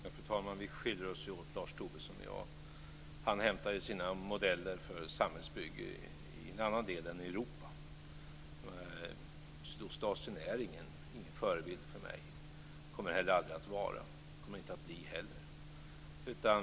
Fru talman! Vi skiljer oss åt, Lars Tobisson och jag. Lars Tobisson hämtar sina modeller för samhällsbygge i en annan del än Europa. Sydostasien är ingen förebild för mig och kommer aldrig heller att bli det.